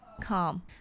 calm